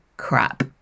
Crap